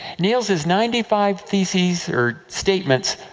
nails his ninety five theses, or statements,